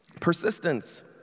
Persistence